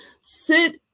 sit